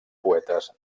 poetes